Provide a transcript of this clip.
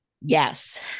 Yes